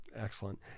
Excellent